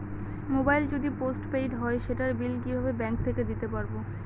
Mobile যদি post paid হয় সেটার বিল কিভাবে ব্যাংক থেকে দিতে পারব?